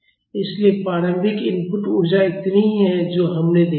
इसलिए प्रारंभिक इनपुट ऊर्जा इतनी ही है जो हमने देखी है